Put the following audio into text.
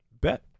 Bet